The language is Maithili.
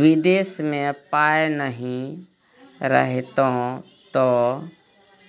विदेश मे पाय नहि रहितौ तँ